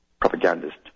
propagandist